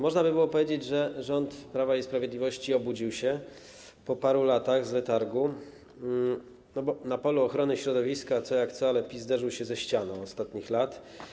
Można by było powiedzieć, że rząd Prawa i Sprawiedliwości obudził się po paru latach z letargu, bo na polu ochrony środowiska, co jak co, ale PiS zderzył się ze ścianą w ostatnich latach.